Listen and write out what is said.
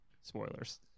Spoilers